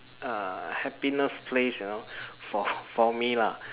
err happiness place you know for for me lah